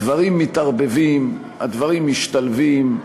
הדברים מתערבבים, הדברים משתלבים,